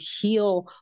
heal